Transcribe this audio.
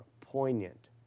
poignant